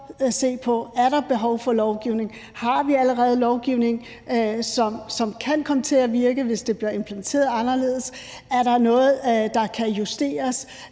der er behov for lovgivning, om vi allerede har lovgivning, som kan komme til at virke, hvis det bliver implementeret anderledes, om der er noget, der kan justeres,